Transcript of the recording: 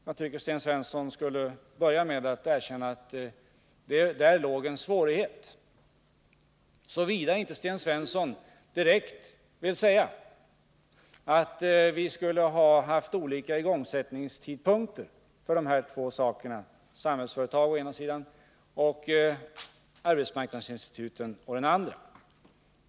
Jag tycker Sten Svensson skulle börja med att erkänna att där låg en svårighet — såvida inte Sten Svensson vill säga att vi skulle ha haft olika igångsättningstidpunkter för Samhällsföretag å ena sidan och arbetsmarknadsinstituten å den andra.